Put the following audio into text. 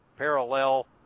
parallel